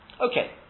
Okay